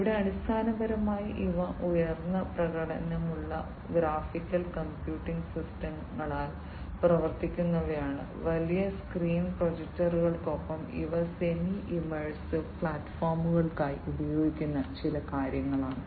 ഇവിടെ അടിസ്ഥാനപരമായി ഇവ ഉയർന്ന പ്രകടനമുള്ള ഗ്രാഫിക്കൽ കംപ്യൂട്ടിംഗ് സിസ്റ്റങ്ങളാൽ പ്രവർത്തിക്കുന്നവയാണ് വലിയ സ്ക്രീൻ പ്രൊജക്ടറുകൾക്കൊപ്പം ഇവ സെമി ഇമ്മേഴ്സീവ് പ്ലാറ്റ്ഫോമുകൾക്കായി ഉപയോഗിക്കുന്ന ചില കാര്യങ്ങളാണ്